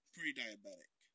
Pre-diabetic